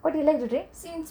what do you like to drink